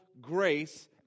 grace